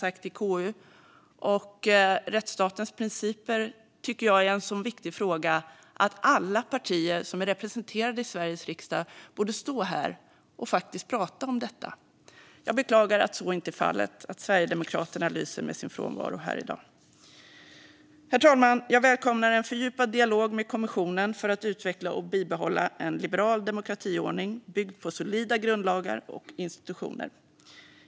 Jag tycker att rättsstatens principer är en så viktig fråga att alla partier som är representerade i Sveriges riksdag borde stå här och prata om detta. Jag beklagar att så inte är fallet och att Sverigedemokraterna lyser med sin frånvaro i dag. Herr talman! Jag välkomnar en fördjupad dialog med kommissionen för att utveckla och bibehålla en liberal demokratiordning byggd på solida grundlagar och institutioner.